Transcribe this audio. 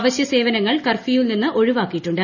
അവശ്യ സേവനങ്ങൾ കർഫ്യൂവിൽ നിന്ന് ഒഴിവാക്കിയിട്ടുണ്ട്